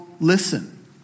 listen